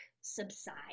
subside